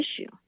issue